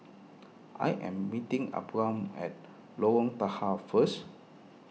I am meeting Abram at Lorong Tahar first